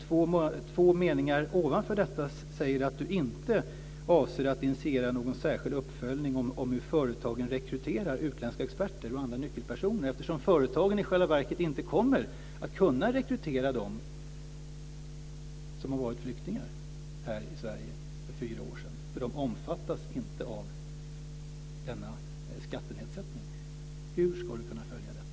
Två rader ovanför säger han ju att han inte avser att initiera någon särskild uppföljning om hur företagen rekryterar utländska experter och andra nyckelpersoner. Men företagen kommer ju i själva verket inte att kunna rekrytera dem som har varit flyktingar här i Sverige för fyra år sedan, då de inte omfattas av denna skattenedsättning. Hur ska finansministern kunna följa detta?